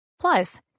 Plus